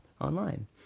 online